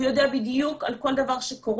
הוא יודע בדיוק על כל דבר שקורה,